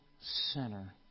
sinner